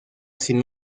sin